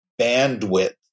bandwidth